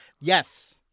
Yes